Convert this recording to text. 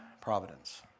providence